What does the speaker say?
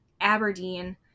Aberdeen